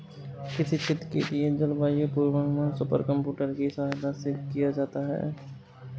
किसी क्षेत्र के लिए जलवायु पूर्वानुमान सुपर कंप्यूटर की सहायता से किया जाता है